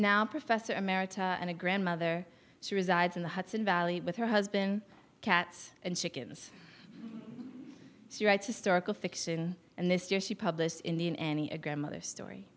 now professor emeritus and a grandmother she resides in the hudson valley with her husband cats and chickens she writes historical fiction and this year she published in the an enneagram other story